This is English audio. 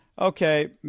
okay